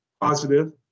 positive